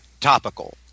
topical